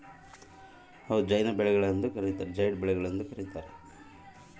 ಬೇಸಿಗೆಕಾಲದ ಬೆಳೆಗಳನ್ನು ಜೈಡ್ ಬೆಳೆಗಳು ಅಂತ ಕರೀತಾರ ಮಾರ್ಚ್ ನಿಂದ ಜೂನ್ ವರೆಗಿನ ಕಾಲದ ಬೆಳೆಗಳು